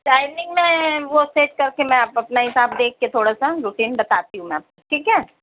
timing میں وہ set کر کے میں آپ اپنا حساب دیکھ کے تھوڑا سا روٹین بتاتی ہوں میں آپ کو ٹھیک ہے